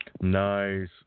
Nice